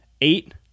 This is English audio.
eight